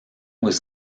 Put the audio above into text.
was